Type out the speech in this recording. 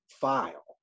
file